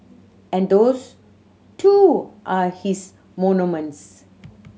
and those too are his monuments